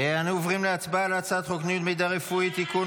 אנו עוברים להצבעה על הצעת חוק ניוד מידע רפואי (תיקון,